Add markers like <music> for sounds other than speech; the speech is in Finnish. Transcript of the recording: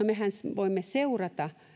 <unintelligible> mehän voimme seurata